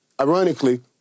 ironically